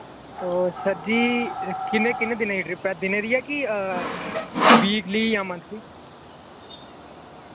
ते ओ सर जी किले किन्ने दिनें दी ट्रिप ऐ दिने दी ऐ कि वीकली जां मंथली